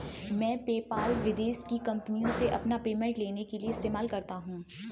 मैं पेपाल विदेश की कंपनीयों से अपना पेमेंट लेने के लिए इस्तेमाल करता हूँ